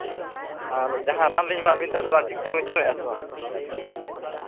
ᱟᱨ ᱡᱟᱦᱟᱸ ᱨᱟᱱ ᱞᱤᱧ ᱮᱢᱟᱜ ᱵᱤᱱ ᱛᱟᱦᱮᱱᱟ ᱚᱱᱟ ᱴᱷᱤᱠ ᱴᱷᱟᱠ ᱵᱤᱱ ᱡᱚᱢᱮᱫᱼᱟ ᱥᱮ ᱵᱟᱝᱼᱟ